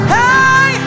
hey